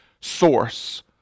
source